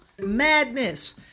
madness